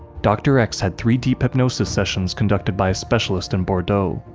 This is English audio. dr. x had three deep hypnosis sessions conducted by a specialist in bordeaux.